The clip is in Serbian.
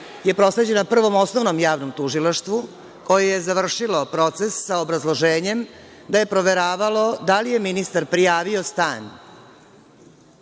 je prosleđena Prvom osnovnom javnom tužilaštvu, koje je završilo proces, sa obrazloženjem da je proveravalo da li je ministar prijavio stan